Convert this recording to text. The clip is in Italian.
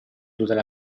tutela